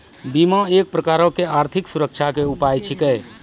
बीमा एक प्रकारो के आर्थिक सुरक्षा के उपाय छिकै